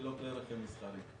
ולא כלי רכב מסחרי.